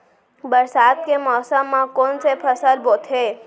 बरसात के मौसम मा कोन से फसल बोथे?